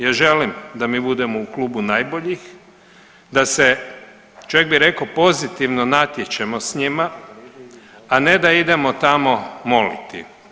Ja želim da mi budemo u klubu najboljih, da se čovjek bi rekao pozitivno natječemo s njima, a ne da idemo tamo moliti.